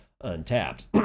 untapped